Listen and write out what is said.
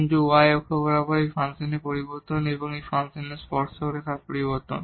কিন্তু এই y অক্ষ বরাবর এটি ফাংশনের পরিবর্তন এবং এটি ফাংশনের টানজেন্ট রেখার পরিবর্তন